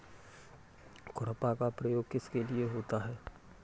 खुरपा का प्रयोग किस लिए होता है?